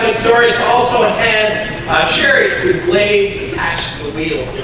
stories also ahead sherry blades the wheels